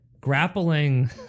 grappling